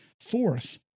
fourth